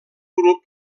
grup